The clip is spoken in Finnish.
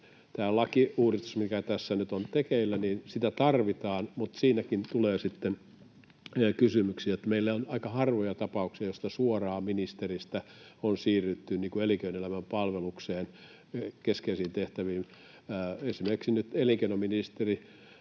tätä lakiuudistusta, mikä tässä nyt on tekeillä, tarvitaan, mutta siinäkin tulee sitten kysymyksiä, että meillä on aika harvoja tapauksia, että suoraan ministeristä on siirrytty elinkeinoelämän palvelukseen keskeisiin tehtäviin. Esimerkiksi elinkeinoministeri